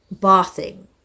bathing